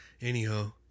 anyhow